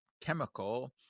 chemical